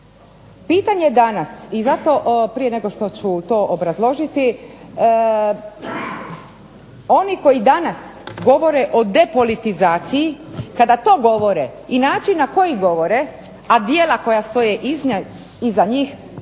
Pitanje danas i zato prije nego ću to obrazložiti, oni koji danas govore o depolitizaciji kada to govore i način na koji to govore, a djela koja stoje iza njih